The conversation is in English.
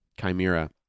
Chimera